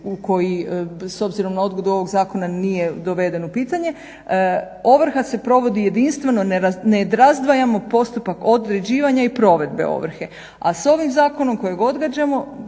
koji s obzirom na odgodu ovog zakona nije doveden u pitanje ovrha se provodi jedinstveno, ne razdvajamo postupak određivanja i provedbe ovrhe. A s ovim zakonom kojeg odgađamo